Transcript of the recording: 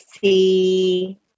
see